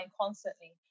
constantly